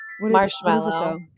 marshmallow